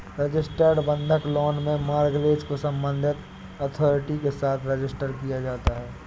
registered बंधक loan में mortgage को संबंधित अथॉरिटी के साथ रजिस्टर किया जाता है